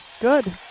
Good